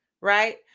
right